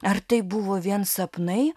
ar tai buvo vien sapnai